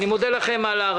הצבעה בעד,